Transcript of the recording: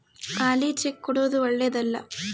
ಖಾಲಿ ಚೆಕ್ ಕೊಡೊದು ಓಳ್ಳೆದಲ್ಲ